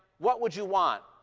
what would you want?